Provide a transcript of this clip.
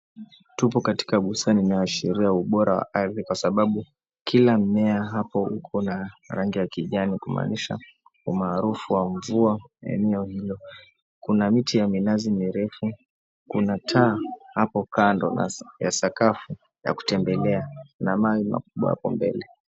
Tupo katika bustani linaloashiria ubora wa ardhi sababu kila mmea hapa uko na rangi ya kijani kumaanisha umaarufu wa mvua eneo hilo, kuna miti ya minazi mirefu kuna taa apo kando ya sakafu ya kutembelea na mawe yapo mbele.